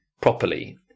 properly